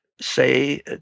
say